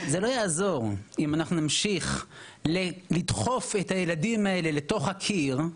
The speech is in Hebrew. זה לא יעזור אם אנחנו נמשיך לדחוף את הילדים האלה לתוך הקיר,